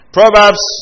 Proverbs